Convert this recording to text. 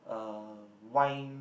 (uh)> wine